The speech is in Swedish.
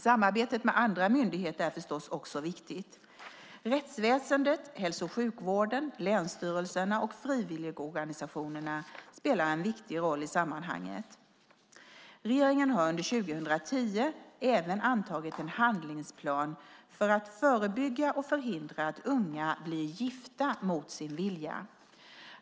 Samarbetet med andra myndigheter är förstås också viktigt. Rättsväsendet, hälso och sjukvården, länsstyrelserna och frivilligorganisationerna spelar en viktig roll i sammanhanget. Regeringen har under 2010 även antagit en handlingsplan för att förebygga och förhindra att unga blir gifta mot sin vilja.